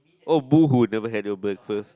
oh boo hoo never had your breakfast